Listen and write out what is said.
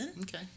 Okay